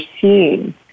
seeing